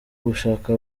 gushaka